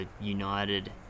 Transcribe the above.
united